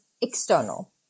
external